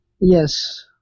Yes